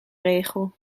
regel